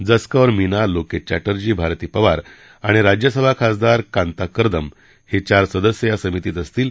जसकौर मीना लोकेत चॅंटर्जी भारती पवार आणि राज्यसभा खासदार कांता कर्दम हे चार सदस्य या समितीत असतील